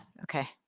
Okay